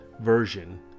version